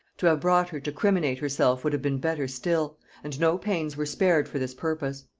to have brought her to criminate herself would have been better still and no pains were spared for this purpose.